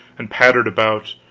and pattered about,